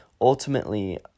ultimately